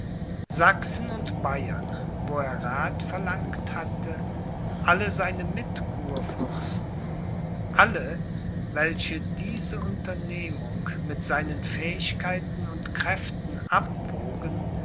sachsen und bayern wo er rath verlangt hatte alle seine mitkurfürsten alle welche diese unternehmung mit seinen fähigkeiten und kräften abwogen